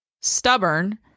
stubborn